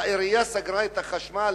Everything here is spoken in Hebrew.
העירייה סגרה את החשמל.